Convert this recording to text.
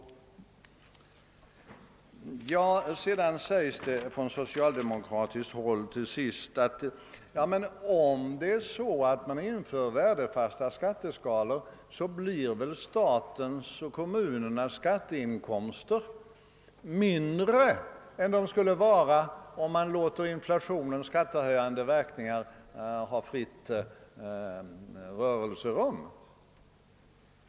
Till sist sägs det från socialdemokratiskt håll att statens och kommunernas skatteinkomster blir mindre om man inför värdefasta skatteskalor än vad fallet är om man låter inflationens skattehöjande verkningar ha fritt spelrum.